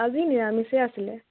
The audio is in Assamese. আজি নিৰামিচেই আছিলে